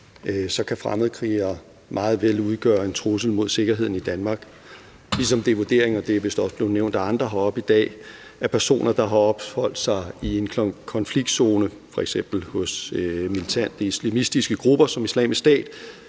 kan fremmedkrigere meget vel udgøre en trussel mod sikkerheden i Danmark, ligesom det er vurderingen – og det er vist også blevet nævnt af andre heroppe i dag – at personer, der har opholdt sig i en konfliktzone, f.eks. hos militante islamistiske grupper som Islamisk Stat,